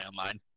online